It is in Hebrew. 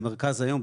במרכז היום,